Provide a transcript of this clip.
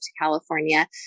California